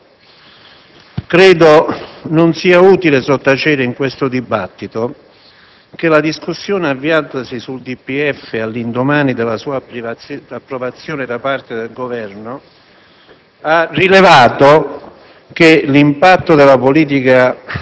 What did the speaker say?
Signor Presidente, signor Ministro, credo non sia utile sottacere in questo dibattito che la discussione avviatasi sul DPEF all'indomani della sua approvazione da parte del Governo